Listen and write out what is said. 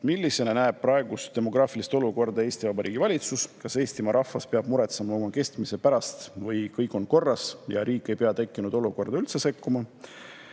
Millisena näeb praegust demograafilist olukorda Eesti Vabariigi valitsus? Kas Eestimaa rahvas peab muretsema oma kestmise pärast või kõik on korras ja riik ei pea tekkinud olukorda üldse sekkuma?